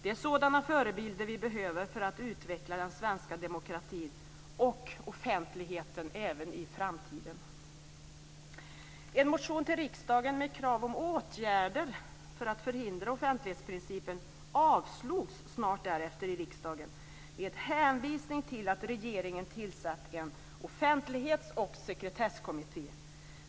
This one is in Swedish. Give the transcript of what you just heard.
Det är sådana förebilder vi behöver för att utveckla den svenska demokratin och offentligheten även i framtiden. En motion till riksdagen med krav på åtgärder för att förhindra offentlighetsprincipen avslogs snart därefter i riksdagen med hänvisning till att regeringen tillsatt en offentlighets och sekretesskommitté.